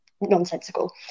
nonsensical